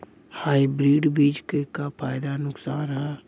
Hybrid बीज क का फायदा नुकसान ह?